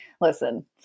listen